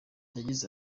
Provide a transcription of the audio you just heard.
yagize